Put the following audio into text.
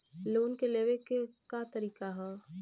Loan के लेवे क तरीका का ह?